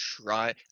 try